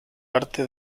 arte